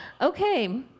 Okay